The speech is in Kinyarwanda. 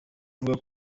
ivuga